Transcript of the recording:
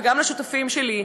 וגם לשותפים שלי,